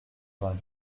vingt